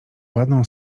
ładną